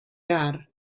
gar